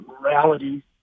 morality